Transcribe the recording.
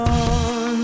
on